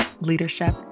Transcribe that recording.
leadership